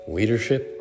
Leadership